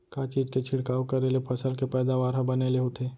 का चीज के छिड़काव करें ले फसल के पैदावार ह बने ले होथे?